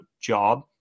job